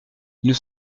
nous